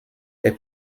est